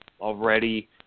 already